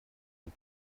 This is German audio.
ein